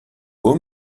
haut